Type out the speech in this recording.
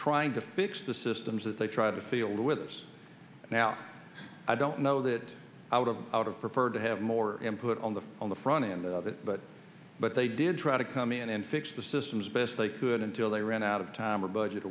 trying to fix the systems as they try to field with us now i don't know that i would of out of preferred to have more input on the on the front end of it but but they did try to come in and fix the system as best they could until they ran out of time or budget